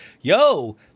yo